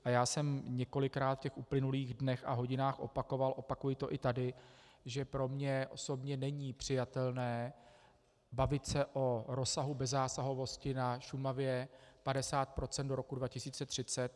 A já jsem několikrát v těch uplynulých dnech a hodinách opakoval a opakuji to i tady, že pro mě osobně není přijatelné bavit se o rozsahu bezzásahovosti na Šumavě, 50 % do roku 2030.